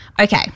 Okay